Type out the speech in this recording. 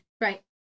Right